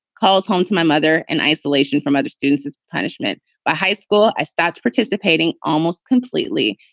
calls home to my mother in isolation from other students as punishment by high school. i stopped participating almost completely.